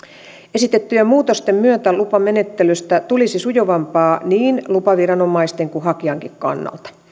esitettyjen muutosten myötä lupamenettelystä tulisi sujuvampaa niin lupaviranomaisten kuin hakijankin kannalta